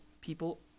People